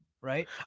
right